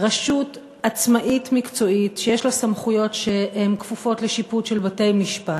רשות עצמאית מקצועית שיש לה סמכויות שהן כפופות לשיפוט של בתי-משפט.